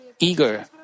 Eager